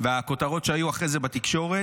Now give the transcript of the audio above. והכותרות שהיו אחרי זה בתקשורת,